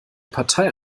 partei